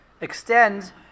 extend